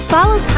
Follow